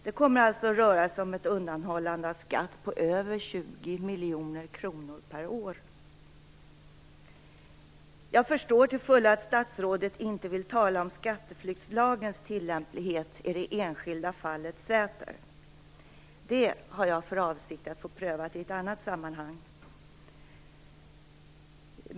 Det kommer alltså att röra sig om ett undanhållande av skatt på över 20 Jag förstår till fullo att statsrådet inte vill tala om skatteflyktslagens tillämplighet i det enskilda fallet Säter. Det har jag för avsikt att få prövat i ett annat sammanhang.